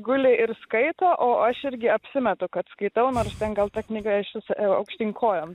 guli ir skaito o aš irgi apsimetu kad skaitau nors ten gal ta knyga iš viso aukštyn kojom